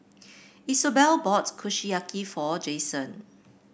Isobel bought Kushiyaki for Jason